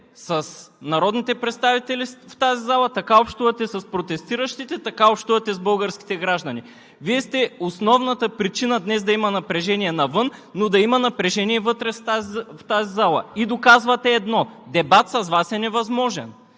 с народните представители в тази зала, така общувате с протестиращите, така общувате и с българските граждани. Вие сте основната причина днес да има напрежение навън, но да има напрежение и вътре в тази зала. И доказвате едно – дебат с Вас е невъзможен!